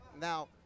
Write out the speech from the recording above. Now